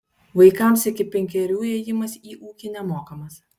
vaikams iki penkerių įėjimas į ūkį nemokamas